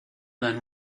then